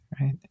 right